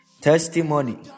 Testimony